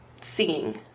seeing